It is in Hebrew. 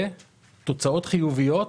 תוצאות חיוביות,